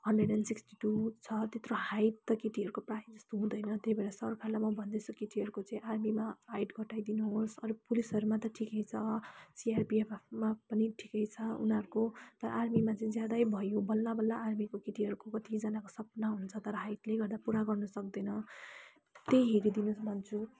hundred and sixty two छ त्यत्रो height त केटीहरूको प्रायःजस्तो हुँदैन त्यही भएर सरकारलाई म भन्दैछु कि केटीहरूको चाहिँ आर्मीमा हाइट घटाइदिनु होस् अलिक पुलिसहरूमा त ठिकै छ सिआरपिएफमा पनि ठिकै छ उनीहरूको तर आर्मीमा चाहिँ ज्यादै भयो बल्ला बल्ला आर्मीको केटीहरूको कतिजनाको सपना हुन्छ तर हाइटले गर्दा पुरा गर्नुसक्दैन त्यही हेरिदिनोस् भन्छु